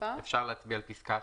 אז אפשר להצביע על תקנה 4,